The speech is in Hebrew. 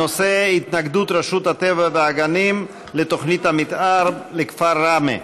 הנושא: התנגדות רשות הטבע והגנים לתוכנית המתאר לכפר ראמה.